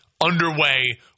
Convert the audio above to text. underway